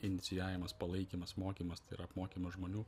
inicijavimas palaikymas mokymas tai yra apmokymas žmonių